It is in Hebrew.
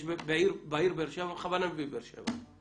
יש בעיר באר שבע, אני בכוונה מביא את באר שבע,